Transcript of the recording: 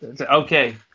Okay